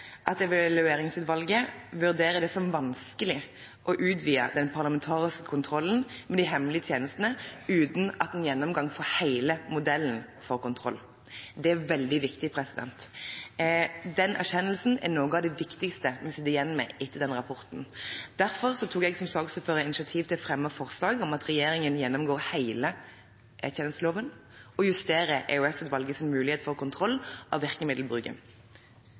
at Evalueringsutvalget vurderer det som vanskelig å utvide den parlamentariske kontrollen med de hemmelige tjenestene uten en gjennomgang av hele modellen for kontroll. Det er veldig viktig. Den erkjennelsen er noe av det viktigste vi sitter igjen med etter rapporten. Derfor tok jeg som saksordfører initiativ til å fremme forslag om at regjeringen gjennomgår hele E-tjenesteloven og justerer EOS-utvalgets mulighet for kontroll av virkemiddelbruken,